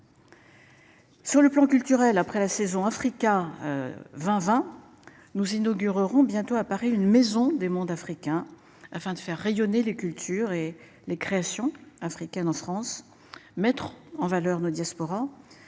Sur le plan culturel. Après la saison Africa. 20 20. Nous inaugureront bientôt à Paris une maison des mondes africains afin de faire rayonner les cultures et les créations africaines en France, mettre en valeur nos diasporas